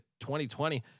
2020